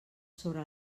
sobre